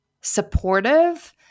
supportive